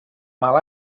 mal